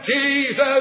Jesus